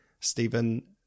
Stephen